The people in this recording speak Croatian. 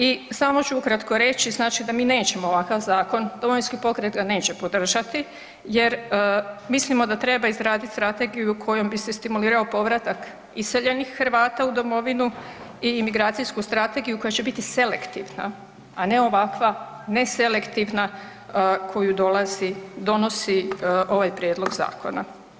I samo ću ukratko reći, znači da mi nećemo ovakav zakon, Domovinski pokret ga neće podržati jer mislimo da treba izraditi strategiju kojom bi se stimulirao iseljenih Hrvata u domovinu i imigracijsku strategiju koja će biti selektivna, a ne ovakva neselektivna koju dolazi, donosi ovaj prijedlog zakona.